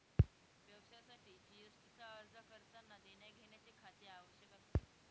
व्यवसायासाठी जी.एस.टी चा अर्ज करतांना देण्याघेण्याचे खाते आवश्यक असते